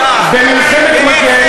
אלוהים ישמור את ילדי ישראל מכם.